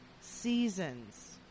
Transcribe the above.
seasons